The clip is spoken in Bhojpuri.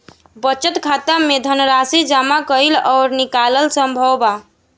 बचत खाता में धनराशि जामा कईल अउरी निकालल संभव बा